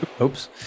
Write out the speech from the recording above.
Oops